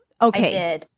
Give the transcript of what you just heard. Okay